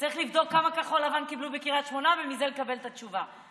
שצריך לבדוק כמה כחול לבן קיבלו בקריית שמונה ומזה לקבל את התשובה.